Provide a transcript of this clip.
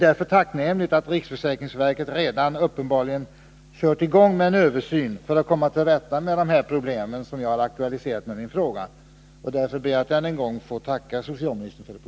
Under hänvisning till vad som anförts vill jag rikta följande fråga till socialministern: